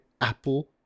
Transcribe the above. Apple